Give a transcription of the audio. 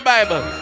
Bible